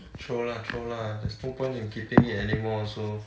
throw lah throw lah there's no point in keeping it anymore also